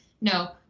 no